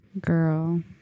girl